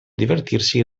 divertirsi